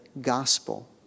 gospel